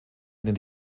ihnen